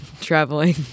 traveling